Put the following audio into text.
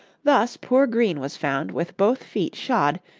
thus poor green was found with both feet shod,